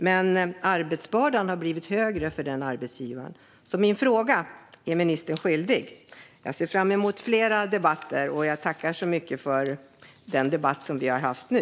Men arbetsbördan har blivit högre för arbetsgivaren. Ministern är svaret skyldig på min fråga. Jag ser fram emot flera debatter, och jag tackar så mycket för den vi har haft nu.